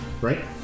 right